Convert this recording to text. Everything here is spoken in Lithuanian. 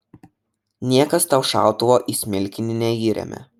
niekas tau šautuvo į smilkinį neįremia